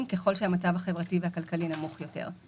ככל שהמצב החברתי והכלכלי נמוך יותר.